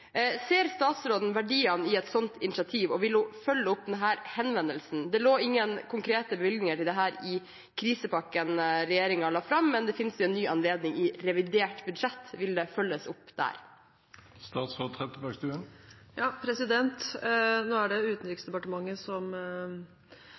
Ser statsråden verdiene i et sånt initiativ, og vil hun følge opp denne henvendelsen? Det lå ingen konkrete bevilgninger til dette i krisepakken regjeringen la fram, men det finnes en ny anledning i revidert budsjett. Vil det følges opp der? Nå er det Utenriksdepartementet som til vanlig finansierer SafeMUSE. SafeMUSE er